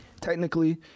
technically